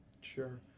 Sure